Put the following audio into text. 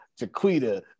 jaquita